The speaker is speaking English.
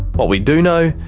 what we do know,